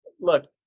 look